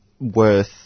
worth